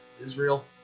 Israel